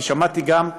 כי שמעתי גם,